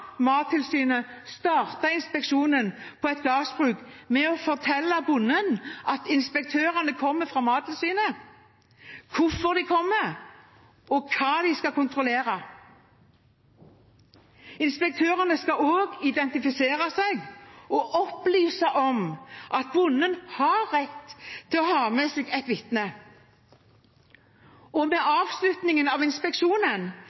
Mattilsynet starte inspeksjonen med å fortelle bonden at inspektørene kommer fra Mattilsynet, hvorfor de kommer, og hva de skal kontrollere. Inspektørene skal også identifisere seg og opplyse om at bonden har rett til å ha med seg et vitne. Ved avslutningen av inspeksjonen